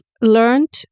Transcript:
learned